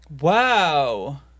Wow